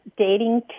dating